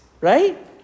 right